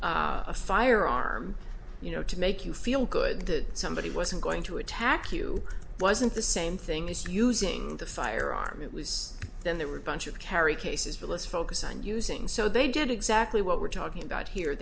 a firearm you know to make you feel good that somebody wasn't going to attack you wasn't the same thing as using a firearm it was then there were a bunch of carry cases but let's focus on using so they did exactly what we're talking about here